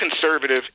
conservative